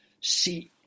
see